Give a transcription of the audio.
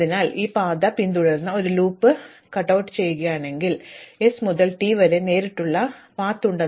അതിനാൽ ഞാൻ ഈ പാത പിന്തുടർന്ന് ഈ ലൂപ്പ് കട്ട് out ട്ട് ചെയ്യുകയാണെങ്കിൽ എനിക്ക് s മുതൽ t വരെ നേരിട്ടുള്ള പാതയുണ്ട്